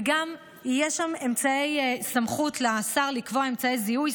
ולשר יש גם אמצעי סמכות לקבוע אמצעי זיהוי,